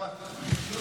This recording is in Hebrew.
יכול